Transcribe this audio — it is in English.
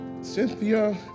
Cynthia